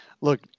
look